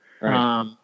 Right